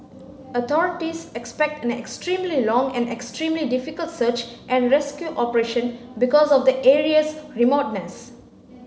authorities expect an extremely long and extremely difficult search and rescue operation because of the area's remoteness